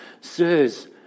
Sirs